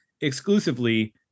exclusively